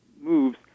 moves